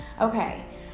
Okay